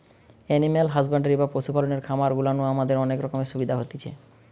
animal husbandry বা পশু পালনের খামার গুলা নু আমাদের অনেক রকমের সুবিধা হতিছে